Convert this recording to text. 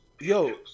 yo